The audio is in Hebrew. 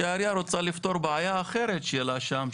כשהעירייה רוצה לפתור בעיה אחרת שלה שם,